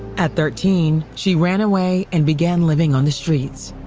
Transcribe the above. at thirteen, she ran away and began living on the streets.